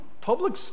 public